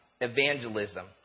evangelism